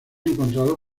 encontrado